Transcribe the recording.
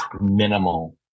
minimal